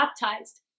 baptized